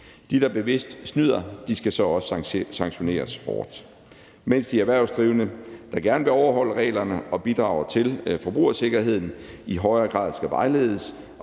De, der bevidst snyder, skal så sanktioneres hårdt, mens de erhvervsdrivende, der gerne vil overholde reglerne og bidrager til forbrugersikkerheden, i højere grad skal vejledes